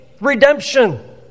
redemption